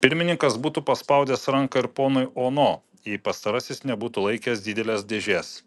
pirmininkas būtų paspaudęs ranką ir ponui ono jei pastarasis nebūtų laikęs didelės dėžės